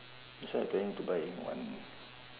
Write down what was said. that's why I planning to buy a new one